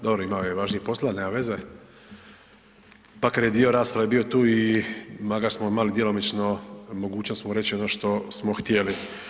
Dobro, imao je važnijeg posla, nema veze makar je dio rasprave bio tu i makar smo imali djelomično mogućnost mu reći ono što smo htjeli.